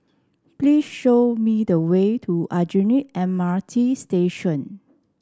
please show me the way to Aljunied M R T Station